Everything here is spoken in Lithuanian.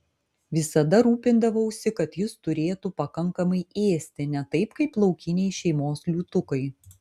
visada rūpindavausi kad jis turėtų pakankamai ėsti ne taip kaip laukiniai šeimos liūtukai